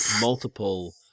multiple